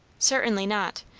certainly not.